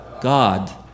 God